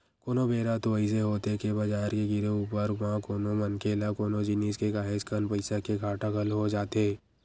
कोनो बेरा तो अइसे होथे के बजार के गिरे ऊपर म कोनो मनखे ल कोनो जिनिस के काहेच कन पइसा के घाटा घलो हो जाथे